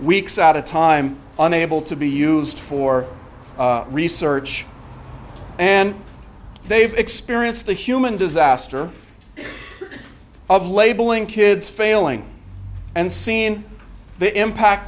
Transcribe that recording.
weeks at a time unable to be used for research and they've experienced the human disaster of labeling kids failing and seen the impact